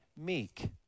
meek